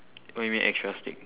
what you mean extra stick